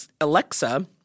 Alexa